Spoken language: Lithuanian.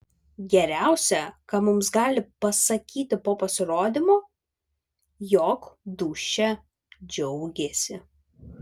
geriausia ką mums gali pasakyti po pasirodymo jog dūšia džiaugėsi